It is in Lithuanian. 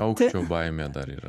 aukščio baimė dar yra